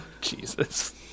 Jesus